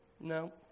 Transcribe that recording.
No